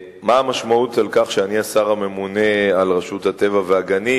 מה המשמעות של כך שאני השר הממונה על רשות הטבע והגנים,